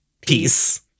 Peace